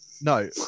No